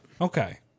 okay